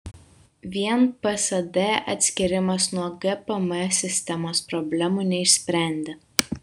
vien psd atskyrimas nuo gpm sistemos problemų neišsprendė